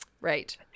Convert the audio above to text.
Right